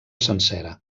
sencera